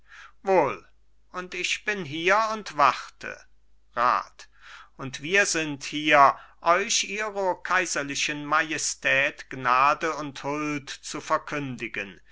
wohl und ich bin hier und warte rat und wir sind hier euch ihro kaiserlichen majestät gnade und huld zu verkündigen